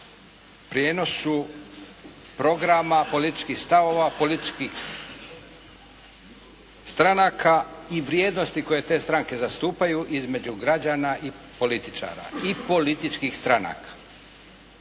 prijenosu programa, političkih stavova političkih stranaka i vrijednosti koje te stranke zastupaju između građana i političara i političkih stranaka.